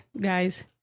Guys